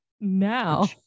now